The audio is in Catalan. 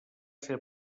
ser